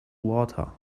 water